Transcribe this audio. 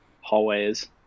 hallways